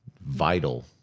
vital